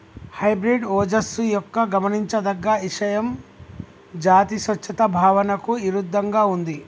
hybrid ఓజస్సు యొక్క గమనించదగ్గ ఇషయం జాతి స్వచ్ఛత భావనకు ఇరుద్దంగా ఉంది